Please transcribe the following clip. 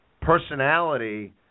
personality